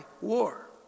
war